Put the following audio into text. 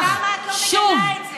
למה את לא מגנה את זה?